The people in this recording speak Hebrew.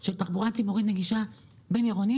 של תחבורה ציבורית נגישה בין-עירונית.